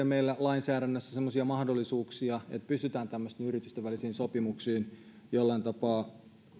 meillä lainsäädännössä semmoisia mahdollisuuksia että pystytään tämmöisiin yritysten välisiin sopimuksiin jollain tapaa